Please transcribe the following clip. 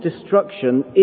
destruction